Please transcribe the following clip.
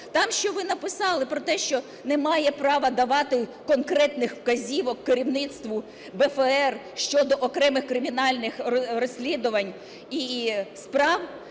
Там що ви написали про те, що немає права давати конкретних вказівок керівництву БФР щодо окремих кримінальних розслідувань і справ,